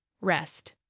Rest